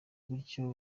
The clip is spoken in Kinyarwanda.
gutyo